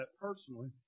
personally